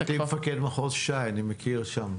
הייתי מפקד מחוז ש"י, ואני מכיר שם.